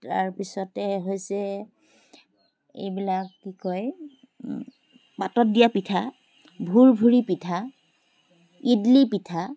তাৰপিছতে হৈছে এইবিলাক কি কয় পাতত দিয়া পিঠা ভুৰভুৰি পিঠা ইডলি পিঠা